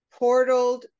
portaled